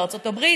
בארצות הברית,